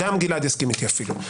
אפילו גלעד יסכים איתי.